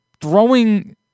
throwing